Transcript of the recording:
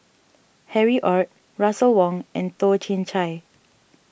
Harry Ord Russel Wong and Toh Chin Chye